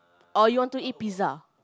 or you want to eat pizza